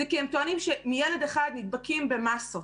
זה כי הם טוענים שמילד אחד נדבקים במסות.